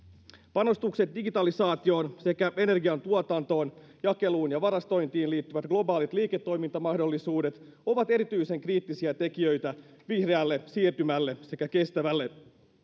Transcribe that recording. panostukset digitalisaatioon sekä energian tuotantoon jakeluun ja varastointiin liittyvät globaalit liiketoimintamahdollisuudet ovat erityisen kriittisiä tekijöitä vihreälle siirtymälle sekä kestävälle